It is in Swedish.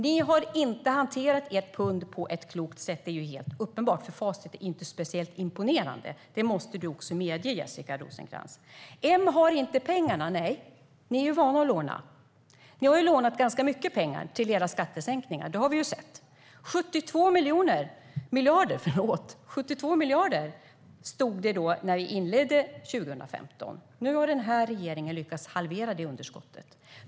Ni har inte förvaltat ert pund på ett klokt sätt. Det är helt uppenbart, för facit är inte speciellt imponerande. Det måste också du medge, Jessica Rosencrantz. M har inte pengarna. Nej, ni är vana att låna. Ni har lånat ganska mycket pengar till era skattesänkningar; det har vi ju sett. 72 miljarder stod det i början av 2015. Nu har den här regeringen lyckats halvera det underskottet.